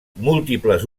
múltiples